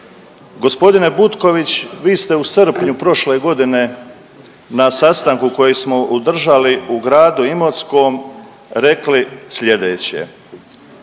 gospodine Butković vi ste u srpnju prošle godine na sastanku koji smo održali u gradu Imotskom rekli sljedeće.